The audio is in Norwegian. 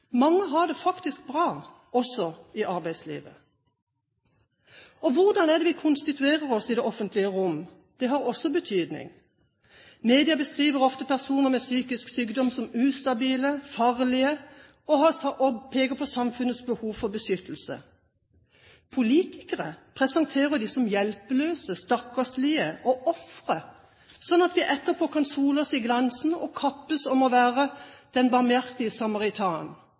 Mange har det faktisk bra også i arbeidslivet. Hvordan er det vi konstituerer oss i det offentlige rom? Det har også betydning. Media beskriver ofte personer med psykisk sykdom som ustabile, farlige og peker på samfunnets behov for beskyttelse. Politikere presenterer dem som hjelpeløse, stakkarslige og ofre, slik at vi etterpå kan sole oss i glansen og kappes om å være den barmhjertige samaritan.